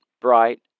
bright